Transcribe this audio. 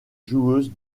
joueuse